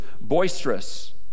boisterous